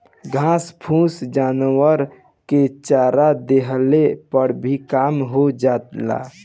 घास फूस जानवरन के चरा देहले पर भी कम हो जाला